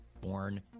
born